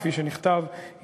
כפי שנכתב,